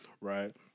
right